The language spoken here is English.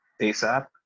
ASAP